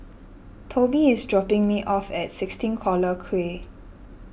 Tobi is dropping me off at sixteen Collyer Quay